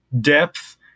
depth